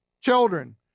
children